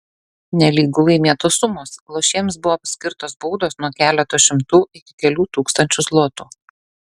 nelygu laimėtos sumos lošėjams buvo skirtos baudos nuo keleto šimtų iki kelių tūkstančių zlotų